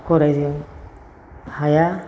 गरायजों हाया